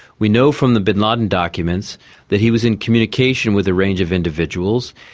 we know from the bin laden documents that he was in communication with a range of individuals,